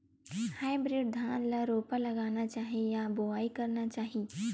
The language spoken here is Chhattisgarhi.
हाइब्रिड धान ल रोपा लगाना चाही या बोआई करना चाही?